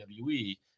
WWE